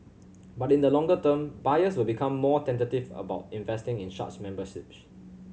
but in the longer term buyers will become more tentative about investing in such memberships